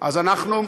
אז אנחנו,